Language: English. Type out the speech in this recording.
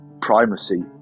primacy